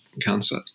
cancer